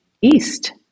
east